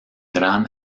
gran